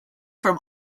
from